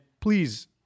please